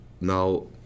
now